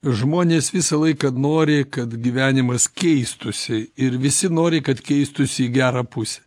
žmonės visą laiką nori kad gyvenimas keistųsi ir visi nori kad keistųsi į gerą pusę